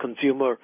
consumer